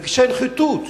רגשי נחיתות,